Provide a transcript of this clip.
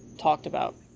talked about.